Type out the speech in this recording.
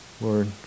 Lord